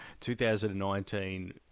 2019